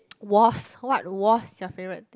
was what was your favourite